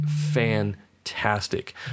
fantastic